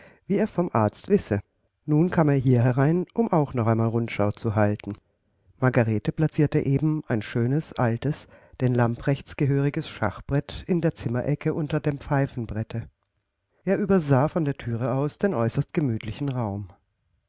wie er vom arzt wisse nun kam er hier herein um auch noch einmal rundschau zu halten margarete placierte eben ein schönes altes den lamprechts gehöriges schachbrett in der zimmerecke unter dem pfeifenbrette er übersah von der thüre aus den äußerst gemütlichen raum